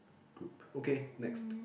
group okay next